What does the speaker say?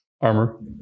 armor